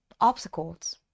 obstacles